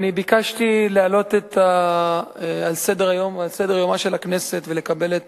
אני ביקשתי להעלות על סדר-יומה של הכנסת ולקבל את